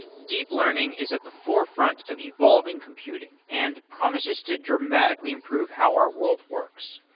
deep learning is at the forefront of evolving computing and promises to dramatically improve how our world works.